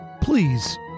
please